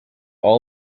all